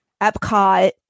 Epcot